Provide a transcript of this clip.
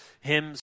hymns